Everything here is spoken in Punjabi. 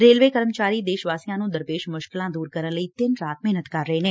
ਰੇਲਵੇ ਕਰਮਚਾਰੀ ਦੇਸ਼ ਵਾਸੀਆਂ ਨੂੰ ਦਰਪੇਸ਼ ਮੁਸ਼ਕਲਾਂ ਦੂਰ ਕਰਨ ਲਈ ਦਿਨ ਰਾਤ ਮਿਹਨਤ ਕਰ ਰਹੇ ਨੇ